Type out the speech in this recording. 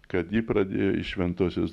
kad ji pradėjo į šventuosius